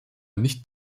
nicht